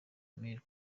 mille